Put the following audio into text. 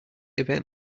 event